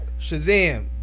Shazam